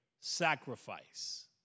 sacrifice